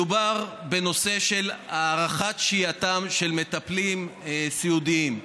מדובר בנושא הארכת שהייתם של מטפלים סיעודיים.